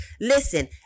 Listen